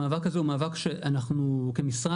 המאבק הזה הוא מאבק שאנחנו כמשרד,